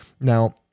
Now